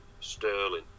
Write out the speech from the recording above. Sterling